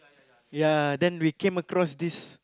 ya then we came across this